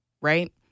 right